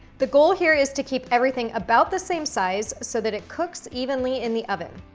the goal here is to keep everything about the same size so that it cooks evenly in the oven.